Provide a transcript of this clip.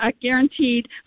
guaranteed